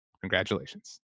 congratulations